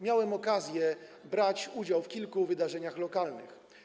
Miałem okazję brać udział w kilku wydarzeniach lokalnych.